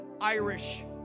Irish